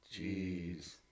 Jeez